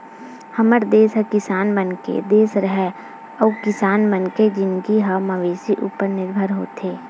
हमर देस ह किसान मन के देस हरय अउ किसान मनखे के जिनगी ह मवेशी उपर निरभर होथे